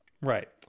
Right